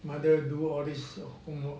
mother do all this err homework